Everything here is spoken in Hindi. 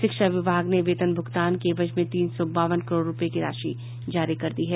शिक्षा विभाग ने वेतन भुगतान के एवज में तीन सौ बावन करोड़ रुपये की राशि जारी कर दी है